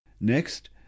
Next